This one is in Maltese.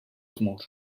tmur